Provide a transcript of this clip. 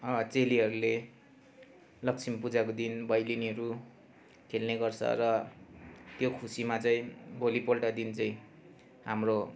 चेलीहरूले लक्ष्मी पूजाको दिन भैलेनीहरू खेल्ने गर्छ र त्यो खुसीमा चाहिँ भोलि पल्ट देखिको चाहिँ हाम्रो